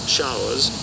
Showers